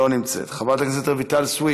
לא נמצאת; חברת הכנסת רויטל סויד,